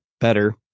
better